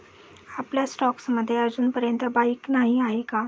आपल्या स्टॉक्स मध्ये अजूनपर्यंत बाईक नाही आहे का?